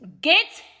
get